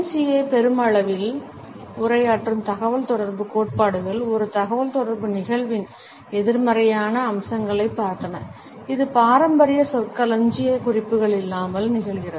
சியை பெருமளவில் உரையாற்றும் தகவல்தொடர்பு கோட்பாடுகள் ஒரு தகவல்தொடர்பு நிகழ்வின் எதிர்மறையான அம்சங்களைப் பார்த்தன இது பாரம்பரிய சொற்களஞ்சிய குறிப்புகள் இல்லாமல் நிகழ்கிறது